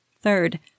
Third